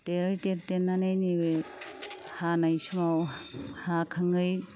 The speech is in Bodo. देरै देरै देरनानै नैबे हानाय समाव हाखाङै